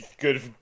Good